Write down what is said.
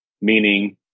Meaning